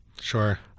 sure